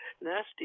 nasty